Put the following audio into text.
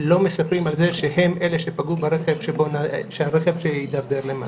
לא מספרים על זה שהם אלה שפגעו ברכב שהידרדר למטה.